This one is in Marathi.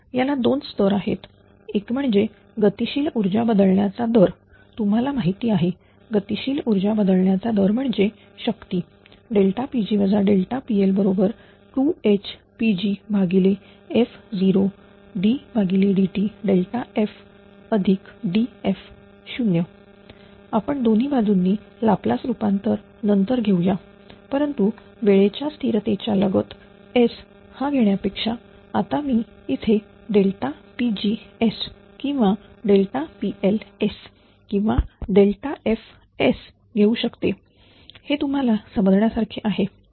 याला दोन स्तर आहेत एक म्हणजे गतिशील ऊर्जा बदलण्याचा दर तुम्हाला माहिती आहे गतिशील ऊर्जा बदलण्याचा दर म्हणजे शक्ती Pg PL2HPrf0ddtfDf0 आपण दोन्ही बाजूंनी लाप्लास रुपांतर नंतर घेऊ या परंतु वेळेच्या स्थिरतेच्या लगत S हा घेण्यापेक्षा आता इथे मी Pg किंवा PL किंवा f घेऊ शकते हे तुम्हाला समजण्यासारखे आहे